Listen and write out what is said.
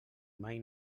mai